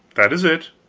that is it.